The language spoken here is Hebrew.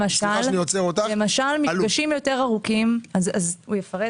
למשל מפגשים יותר ארוכים להתאמת